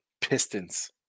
Pistons